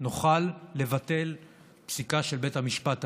נוכל לבטל פסיקה של בית המשפט העליון.